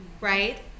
right